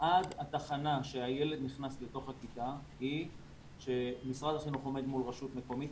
עד התחנה שהילד נכנס לתוך הכיתה היא שמשרד החינוך עומד מול רשות מקומית,